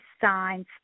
signs